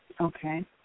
Okay